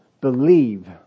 Believe